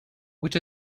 which